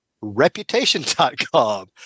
reputation.com